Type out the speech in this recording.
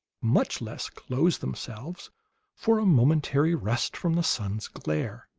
much less close themselves for a momentary rest from the sun's glare.